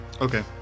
Okay